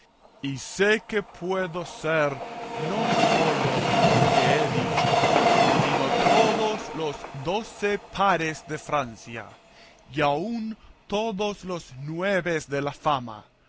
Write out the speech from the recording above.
y sé que puedo ser no sólo los que he dicho sino todos los doce pares de francia y aun todos los nueve de la fama